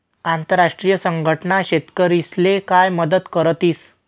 आंतरराष्ट्रीय संघटना शेतकरीस्ले काय मदत करतीस?